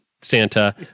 Santa